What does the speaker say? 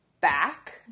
back